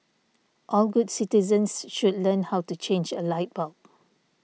all good citizens should learn how to change a light bulb